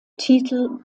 titel